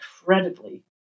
incredibly